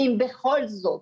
אם בכל זאת